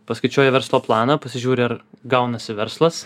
paskaičiuoji verslo planą pasižiūri ar gaunasi verslas